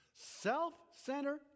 self-centered